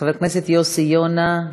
חבר הכנסת יוסי יונה,